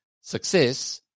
success